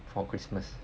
for christmas